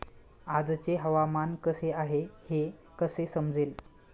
आजचे हवामान कसे आहे हे कसे समजेल?